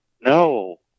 No